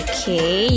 Okay